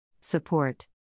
Support